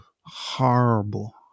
horrible